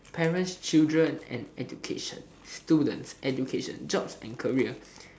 parents children and education students education jobs and career